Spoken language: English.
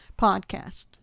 podcast